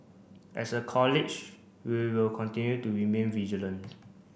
as a College we will continue to remain vigilant